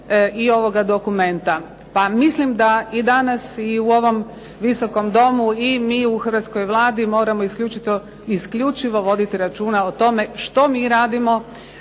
i ovoga dokumenta. Pa mislim da i danas i u ovom Visokom domu, i mi u hrvatskoj Vladi moramo isključivo voditi računa o tome što mi radimo,